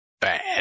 bad